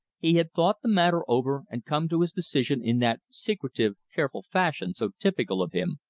he had thought the matter over and come to his decision in that secretive, careful fashion so typical of him,